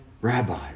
Rabbi